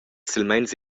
silmeins